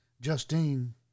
Justine